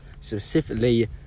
specifically